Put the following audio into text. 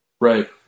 Right